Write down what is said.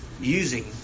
using